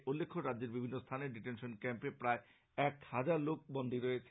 উল্লেখ্য রাজ্যের বিভিন্ন স্থানের ডিটেনশন ক্যাম্পে প্রায় এক হাজার লোক রয়েছেন